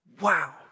Wow